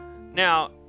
Now